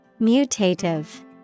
Mutative